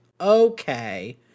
Okay